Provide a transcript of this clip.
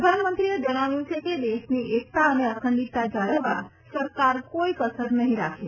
પ્રધાનમંત્રીએ જણાવ્યું છે કે દેશની એકતા અને અખંડીતતા જાળવવા સરકાર કોઈ કસર નહીં રાખે